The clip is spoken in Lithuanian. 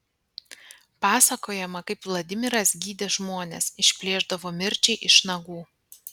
pasakojama kaip vladimiras gydė žmones išplėšdavo mirčiai iš nagų